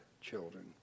children